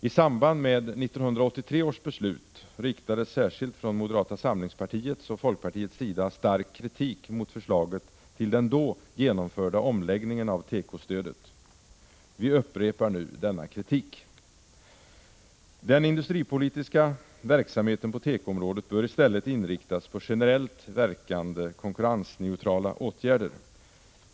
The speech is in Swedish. I samband med 1983 års beslut riktades särskilt från moderata samlingspartiets och folkpartiets sida stark kritik mot förslaget till och den sedermera genomförda omläggningen av tekostödet. Vi upprepar nu denna kritik. Den industripolitiska verksamheten på tekoområdet bör i stället inriktas på generellt verkande konkurrensneutrala åtgärder.